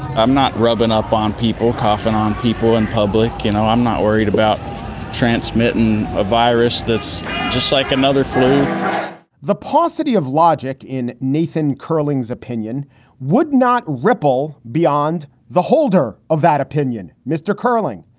i'm not rubbing off on people, coughing on people in public. no, you know i'm not worried about transmitting a virus that's just like another flu the paucity of logic in nathan curlies opinion would not ripple beyond the holder of that opinion. mr curling.